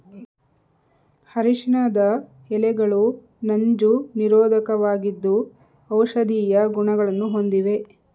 ಅರಿಶಿಣದ ಎಲೆಗಳು ನಂಜು ನಿರೋಧಕವಾಗಿದ್ದು ಔಷಧೀಯ ಗುಣಗಳನ್ನು ಹೊಂದಿವೆ